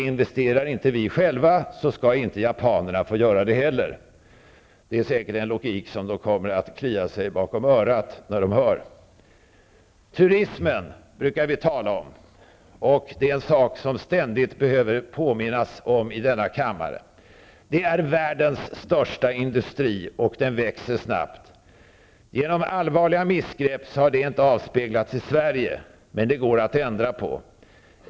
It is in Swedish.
Investerar inte vi själva, skall heller inte japanerna få göra det. Det är säkert en logik som får dem att klia sig bakom örat när de hör det här. Turismen brukar vi tala om. Turismen är en sak som vi i denna kammare ständigt behöver bli påminda om. Den är världens största industri, och dessutom växer den snabbt. Genom allvarliga missgrepp har detta inte avspeglats i Sverige. Men det går att ändra på det.